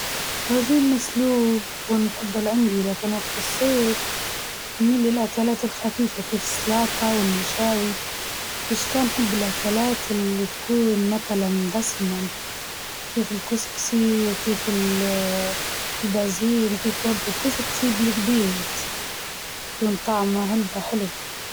اتحب المكرونة المبكبكة، لا لا ما يختلفش ذوقي عن أوقات ثانية، بس في الشتاء بحب الأكلات التقيلة والدافية زي العصيدة، زي المقطع.